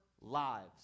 lives